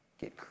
get